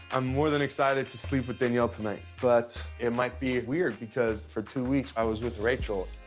i'm more than excited to sleep with danielle tonight, but it might be weird because, for two weeks, i was with rachel.